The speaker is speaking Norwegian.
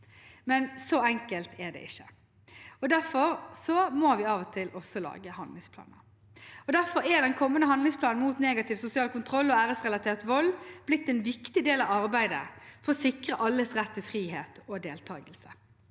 Men så enkelt er det ikke, og derfor må vi av og til også lage handlingsplaner. Derfor er den kommende handlingsplanen mot negativ sosial kontroll og æresrelatert vold blitt en viktig del av arbeidet for å sikre alles rett til frihet og deltakelse.